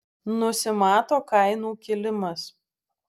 nusimato kainų kilimas